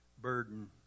burden